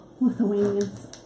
Lithuanians